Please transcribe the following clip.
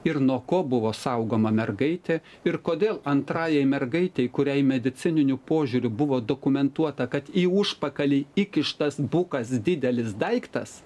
ir nuo ko buvo saugoma mergaitė ir kodėl antrajai mergaitei kuriai medicininiu požiūriu buvo dokumentuota kad į užpakalį įkištas bukas didelis daiktas